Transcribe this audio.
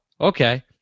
okay